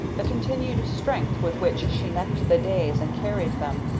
the continued strength with which she met the days and carried them,